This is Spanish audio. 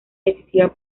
decisiva